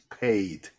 paid